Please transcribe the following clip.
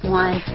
one